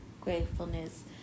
gratefulness